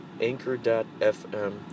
Anchor.fm